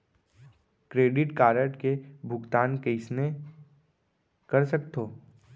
Credit card के भुगतान कईसने कर सकथो?